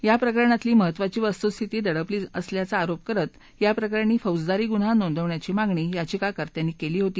या प्रकरणातली महत्त्वाची वस्तुस्थिती दडपली असल्याचा आरोप करत याप्रकरणी फौजदारी गुन्हा नोंदवण्याची मागणी याचिकाकर्त्यांनी केली होती